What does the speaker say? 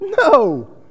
no